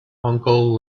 uncle